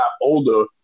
older